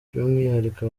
by’umwihariko